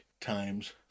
times